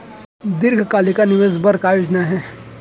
दीर्घकालिक निवेश बर का योजना हे?